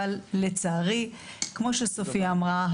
אבל לצערי כמו שסופיה אמרה,